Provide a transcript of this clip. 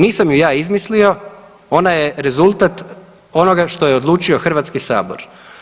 Nisam ju ja izmislio, ona je rezultat onoga što je odlučio Hrvatski sabor.